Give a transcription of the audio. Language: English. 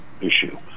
issue